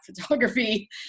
photography